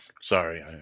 Sorry